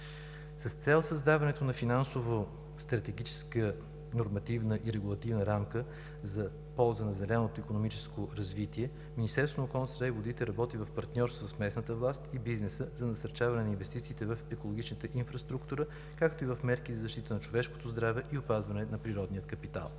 С цел създаването на финансов, стратегическа, нормативна и регулативна рамка в полза на зеленото икономическо развитие Министерството на околната среда и водите работи в партньорство с местната власт и бизнеса за насърчаване на инвестициите в екологичната инфраструктура, както и в мерки за защита на човешкото здраве и опазване на природния капитал.